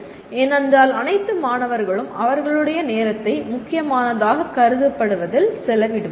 ஏனென்றால் அனைத்து மாணவர்களும் அவர்களுடைய நேரத்தை முக்கியமானதாகக் கருதப்படுவதில் செலவிடுவார்கள்